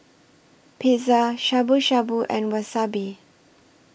Pizza Shabu Shabu and Wasabi